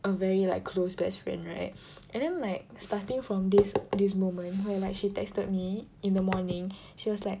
a very like close best friend right and then like starting from this this moment when like she texted me in the morning she was like